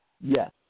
yes